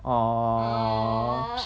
!aww!